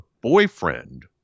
boyfriend